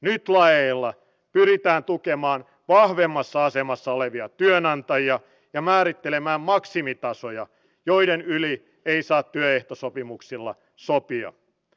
kotimaisten kielten oppiminen on avain arjen sujumiseen työskentelyyn ja määrittelemään maksimitasoja joiden yli ei saa työehtosopimuksilla ihmissuhteiden luomiseen